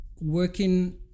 working